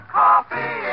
coffee